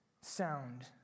sound